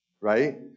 Right